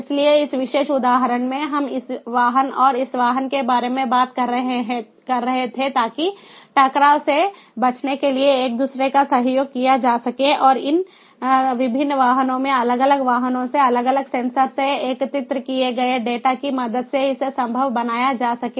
इसलिए इस विशेष उदाहरण में हम इस वाहन और इस वाहन के बारे में बात कर रहे थे ताकि टकराव से बचने के लिए एक दूसरे का सहयोग किया जा सके और इन विभिन्न वाहनों में अलग अलग वाहनों से अलग अलग सेंसर से एकत्रित किए गए डेटा की मदद से इसे संभव बनाया जा सके